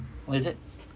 what is it